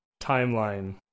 timeline